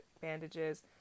bandages